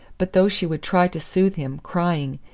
but though she would try to soothe him, crying,